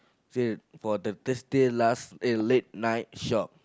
say for the Thursday last eh late night shop